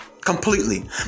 completely